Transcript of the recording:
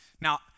now